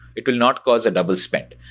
it will not cause a double spend.